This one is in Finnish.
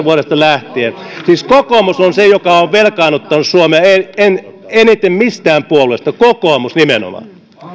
vuodesta lähtien siis kokoomus on se joka on velkaannuttanut suomea eniten mistään puolueista kokoomus nimenomaan